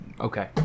Okay